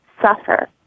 suffer